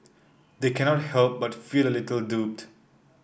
they cannot help but feel a little duped